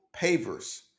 pavers